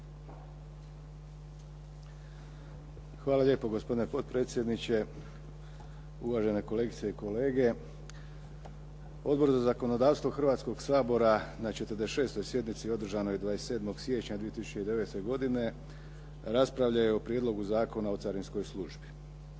Hvala lijepo. Gospodine potpredsjedniče, uvažene kolegice i kolege. Odbor za zakonodavstvo Hrvatskog sabora na 46. sjednici održanoj 27. siječnja 2009. godine, raspravljao je o prijedlogu Zakona o carinskoj službi.